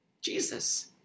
Jesus